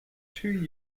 two